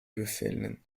befehlen